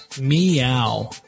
Meow